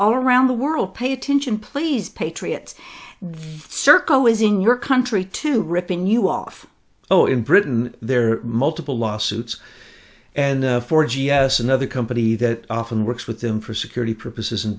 all around the world pay attention please patriots serco is in your country to ripping you off oh in britain there multiple lawsuits and four g s another company that often works with them for security purposes and